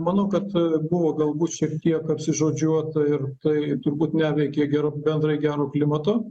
manau kad buvo galbūt šiek tiek apsižodžiuota ir tai turbūt neveikia gera bendrai gero klimato